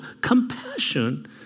compassion